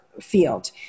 field